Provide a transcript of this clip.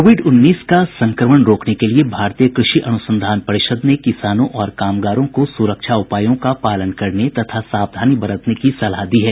Covid उन्नीस का संक्रमण रोकने के लिए भारतीय कृषि अनुसंधान परिषद ने किसानों और कामगारों को सुरक्षा उपायों का पालन करने तथा सावधानी बरतने की सलाह दी है